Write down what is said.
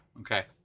Okay